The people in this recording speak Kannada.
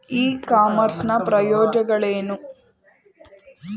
ಇ ಕಾಮರ್ಸ್ ನ ಪ್ರಯೋಜನಗಳೇನು?